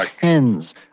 tens